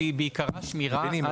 שהיא בעיקרה שמירה על כספי הלקוחות.